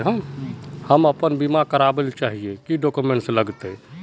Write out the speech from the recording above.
हम अपन बीमा करावेल चाहिए की की डक्यूमेंट्स लगते है?